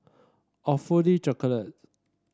Awfully Chocolate